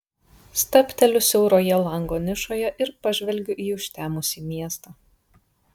stabteliu siauroje lango nišoje ir pažvelgiu į užtemusį miestą